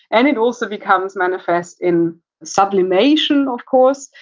and it also becomes manifest in sublimation of course.